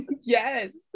Yes